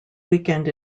weekend